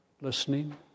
listening